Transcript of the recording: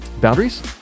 Boundaries